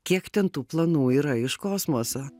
kiek ten tų planų yra iš kosmoso